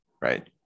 Right